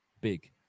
big